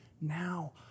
now